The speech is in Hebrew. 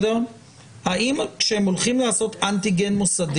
כשהם הולכים לעשות אנטיגן מוסדי ---?